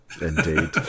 indeed